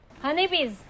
Honeybees